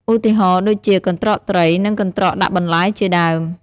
ឧទាហរណ៍ដូចជា កន្ត្រកត្រី និង កន្ត្រកដាក់បន្លែ ជាដើម។